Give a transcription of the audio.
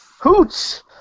Hoots